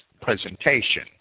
presentation